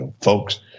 folks